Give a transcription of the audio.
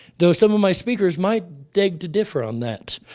though some of my speakers might beg to differ on that.